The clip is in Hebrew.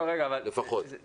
לפחות.